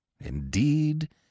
Indeed